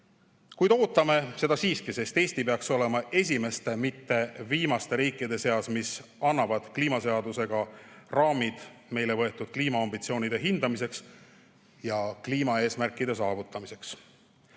kuid ootame seda siiski, sest Eesti peaks olema esimeste, mitte viimaste riikide seas, mis annavad kliimaseadusega raamid meile võetud kliimaambitsioonide hindamiseks ja kliimaeesmärkide saavutamiseks.